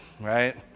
right